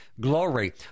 Glory